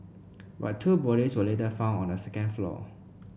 but two bodies were later found on the second floor